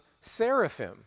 seraphim